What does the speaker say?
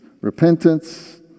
Repentance